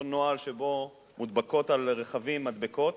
אותו נוהל שבו מודבקות על רכבים מדבקות